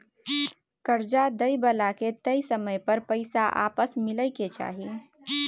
कर्जा दइ बला के तय समय पर पैसा आपस मिलइ के चाही